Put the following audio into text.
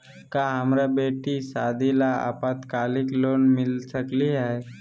का हमरा बेटी के सादी ला अल्पकालिक लोन मिलता सकली हई?